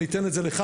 אני אתן את זה לך,